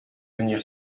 venir